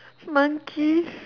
monkeys